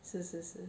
是是是